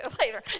later